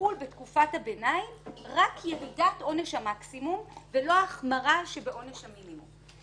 יחול בתקופת הביניים רק ירידת עונש המקסימום ולא החמרה שבעונש המינימום.